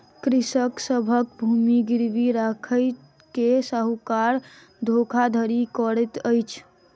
कृषक सभक भूमि गिरवी राइख के साहूकार धोखाधड़ी करैत अछि